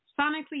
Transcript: sonically